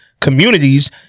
communities